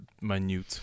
minute